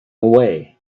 away